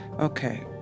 Okay